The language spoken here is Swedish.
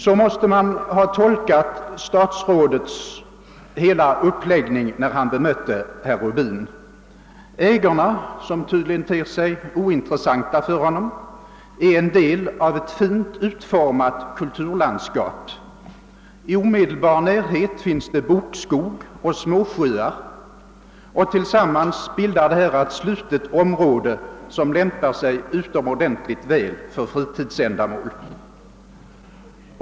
Så måste man ha tolkat statsrådets hela uppläggning, när han här bemötte herr Rubin. Ägorna, som tydligen ter sig ointressanta för statsrådet, utgör en del av ett fint utformat kulturlandskap. I omedelbar närhet finns det bokskog och småsjöar, och tillsammans bildar detta ett slutet område, som lämpar sig utomordentligt väl för fritidsändamål.